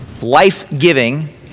life-giving